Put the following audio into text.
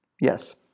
Yes